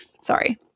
Sorry